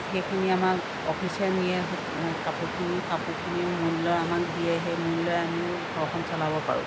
সেইখিনি আমাৰ অফিচে নিয়ে কাপোৰখিনি কাপোৰখিনি মূল্য আমাক দিয়ে সেই মূল্যই আমিও ঘৰখ চলাব পাৰোঁ